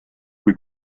kui